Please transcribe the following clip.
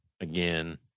again